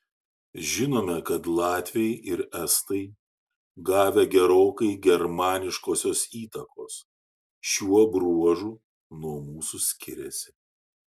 žinome kad latviai ir estai gavę gerokai germaniškosios įtakos šiuo bruožu nuo mūsų skiriasi